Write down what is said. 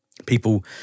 People